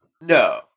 No